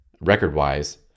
record-wise